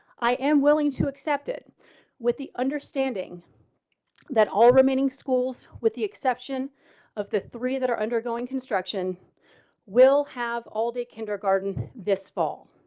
i am willing to accept it with the understanding that all remaining schools with the exception of the three that are undergoing construction will have allday kindergarten. this fall.